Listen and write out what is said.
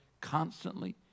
Constantly